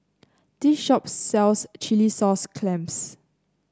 this shop sells Chilli Sauce Clams